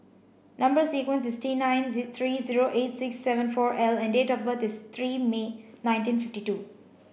number sequence is T nine three zero eight six seven four L and date of birth is three May nineteen fifty two